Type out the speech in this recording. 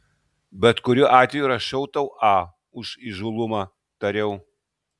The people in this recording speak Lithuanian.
bet kuriuo atveju rašau tau a už įžūlumą tariau